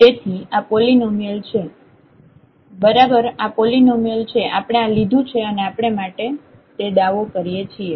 તેથી આ પોલીનોમિયલ છે બરાબર આ પોલીનોમિયલ છે આપણે આ લીધું છે અને આપણે માટે તે દાવો કરીએ છીએ